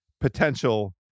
potential